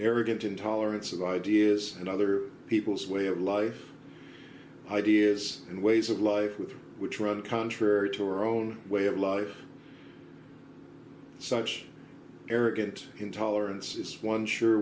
arrogant intolerance of ideas and other peoples way of life ideas and ways of life with which run contrary to our own way of life such arrogant intolerance is one sure